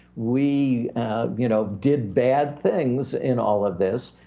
we you know did bad things in all of this.